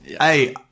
Hey